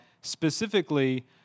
specifically